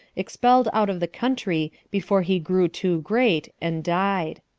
expelled out of the country before he grew too great, and died.